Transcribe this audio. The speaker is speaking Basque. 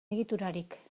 egiturarik